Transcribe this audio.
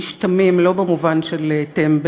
איש תמים, לא במובן של טמבל,